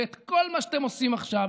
ואת כל מה שאתם עושים עכשיו,